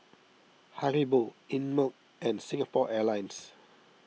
Haribo Einmilk and Singapore Airlines